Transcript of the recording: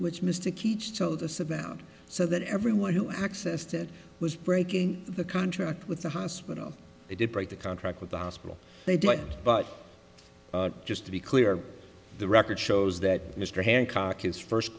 which mystic each told us about so that everyone who accessed it was breaking the contract with the hospital they did break the contract with the hospital they did but just to be clear the record shows that mr hancock is first